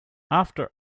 after